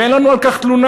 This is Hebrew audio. ואין לנו על כך תלונה.